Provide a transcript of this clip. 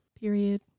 period